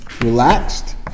relaxed